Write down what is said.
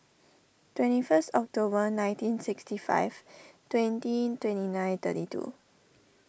twenty first October nineteen sixty five twenty twenty nine thirty two